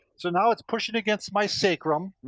so now it's pushing against my sacrum,